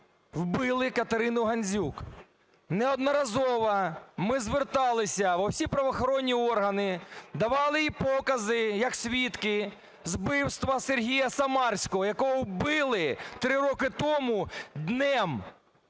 вбили Катерину Гандзюк. Неодноразово ми зверталися у всі правоохоронні органи, давали покази як свідки з вбивства Сергія Самарського, якого вбили 3 роки тому,